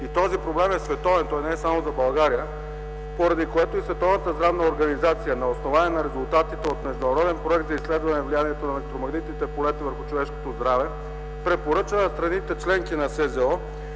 Този проблем е световен. Той не е само за България, поради което и Световната здравна организация на основание на резултатите от Международен проект за изследване влиянието на електромагнитните полета върху човешкото здраве препоръча на страните членки на СЗО